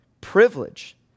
privilege